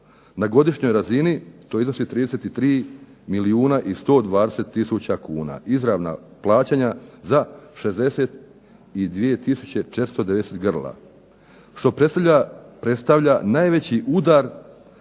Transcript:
Na godišnjoj razini to iznosi 33 milijuna i 120 tisuća kuna. Izravna plaćanja, za 62 tisuća 490 grla. Što predstavlja najveći udar na